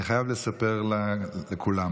אני חייב לספר לכולם.